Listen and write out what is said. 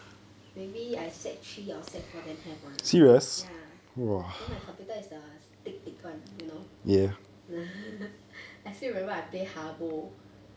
maybe I sec three or sec four then have [one] ya then my computer is the thick thick [one] you know I still remember I play habbo